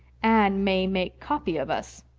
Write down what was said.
anne may make copy of us.